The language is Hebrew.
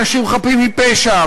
אנשים חפים מפשע,